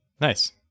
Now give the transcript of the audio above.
nice